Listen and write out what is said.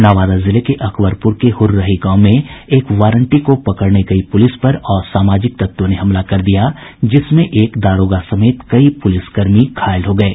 नवादा जिले के अकबरप्र के ह्ररही गांव में एक वारंटी को पकड़ने गयी प्रलिस पर असामाजिक तत्वों ने हमला कर दिया जिसमें एक दारोगा समेत कई प्रलिसकर्मी घायल हो गये